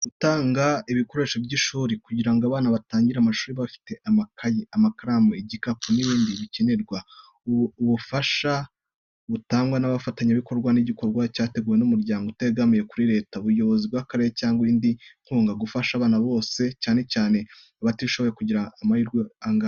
Gutanga ibikoresho by'ishuri kugira ngo abana batangire amashuri bafite amakayi, amakaramu, igikapu n’ibindi bikenerwa. Ubufasha butangwa n’abafatanyabikorwa n'igikorwa cyateguwe n'umuryango utegamiye kuri leta, ubuyobozi bw’akarere cyangwa indi nkunga. Gufasha abana bose, cyane cyane abatishoboboye kugira amahirwe angana.